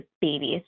babies